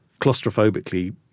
claustrophobically